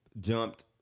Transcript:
jumped